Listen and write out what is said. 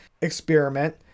experiment